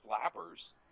Flappers